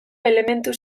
elementu